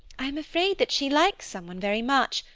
i'm afraid that she likes someone very much,